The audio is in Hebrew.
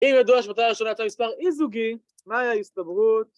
אם ידוע שבתוצאה הראשונה יצא מספר איזוגי, מהי ההסתברות...?